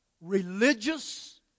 religious